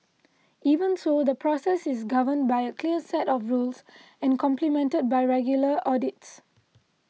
even so the process is governed by a clear set of rules and complemented by regular audits